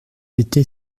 était